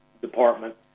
department